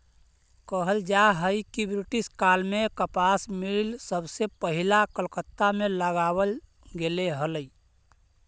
कहल जा हई कि ब्रिटिश काल में कपास मिल सबसे पहिला कलकत्ता में लगावल गेले हलई